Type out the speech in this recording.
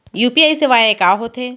UPI सेवाएं का होथे